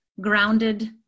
grounded